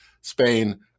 spain